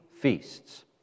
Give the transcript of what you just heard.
feasts